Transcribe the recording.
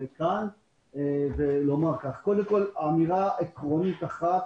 קודם כול אמירה עקרונית אחת